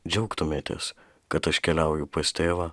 džiaugtumėtės kad aš keliauju pas tėvą